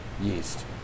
yeast